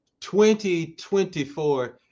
2024